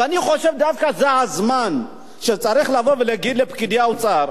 ואני חושב שדווקא זה הזמן שצריך לבוא ולהגיד לפקידי האוצר,